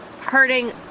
hurting